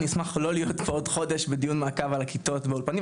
אני אשמח לא להיות פה עוד חודש בדיון מעקב על הכיתות באולפנים,